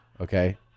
Okay